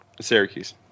syracuse